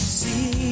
see